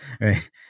Right